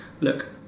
Look